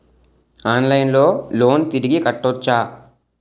ఆన్లైన్లో లోన్ తిరిగి కట్టోచ్చా?